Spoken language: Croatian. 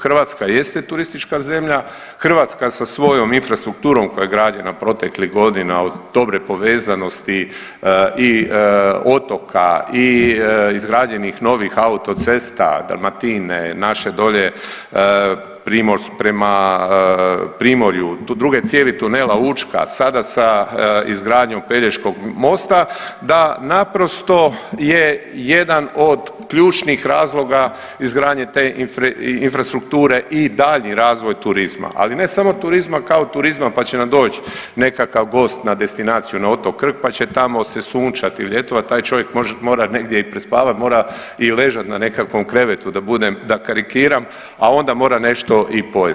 Hrvatska jeste turistička zemlja, Hrvatska sa svojom infrastrukturom koje gradi na proteklih godina od dobre povezanosti i otoka i izgrađenih novih autocesta, Dalmatine, naše dolje prema primorju, druge cijevi Tunela Učka, sada sa izgradnjom Pelješkog mosta da naprosto je jedan od ključnih razloga izgradnje te infrastrukture i daljnji razvoj turizma, ali ne samo turizma kao turizma pa će nam doć nekakav gost destinaciju na otok Krk pa će tamo se sunčati i ljetovat, taj čovjek mora negdje i prespavat, mora i ležat na nekakvom krevetu da karikiram, a onda mora nešto i pojest.